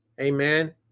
Amen